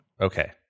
Okay